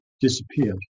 disappeared